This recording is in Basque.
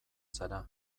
zara